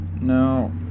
no